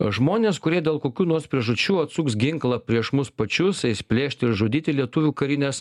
žmones kurie dėl kokių nors priežasčių atsuks ginklą prieš mus pačius eis plėšti ir žudyti lietuvių karinės